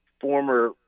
former